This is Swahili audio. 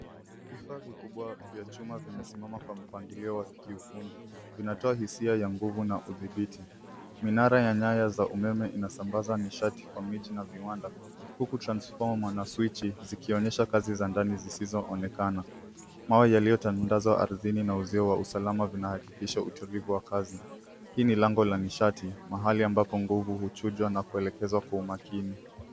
Vifaa vikubwa vya chuma vimesimama kwa mpangilio wa kiufundi, vinatoa hisia ya nguvu na udhibiti. Minara ya nyaya za umeme inasambaza nishati kwa miji na viwanda, huku transformer na switch zikionyesha kazi za ndani zisizoonekana. Mawe yaliyotandazwa ardhini na uzio wa usalama vinahakikisha utulivu wa kazi. Hii ni lango la nishati, mahali ambapo nguvu huchujwa na kuelekezwa kwa umakini.